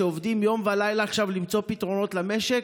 שעובדים יום ולילה עכשיו למצוא פתרונות למשק,